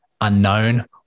unknown